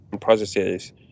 processes